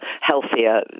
healthier